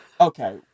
Okay